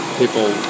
people